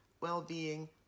well-being